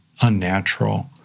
unnatural